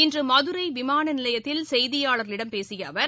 இன்று மதுரை விமான நிலையத்தில் செய்தியாளர்களிடம் பேசிய அவர்